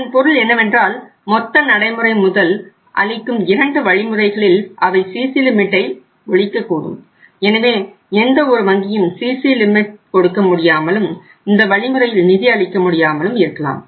அதன் பொருள் என்னவென்றால் மொத்த நடைமுறை முதல் அளிக்கும் 2 வழிமுறைகளில் அவை சிசிலி மிட்டை கொடுக்க முடியாமலும் இந்த வழிமுறையில் நிதி அளிக்க முடியாமலும் இருக்கலாம்